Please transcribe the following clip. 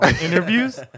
interviews